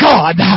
God